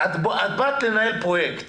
את באת לנהל פרויקט